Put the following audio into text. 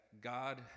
God